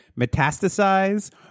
metastasize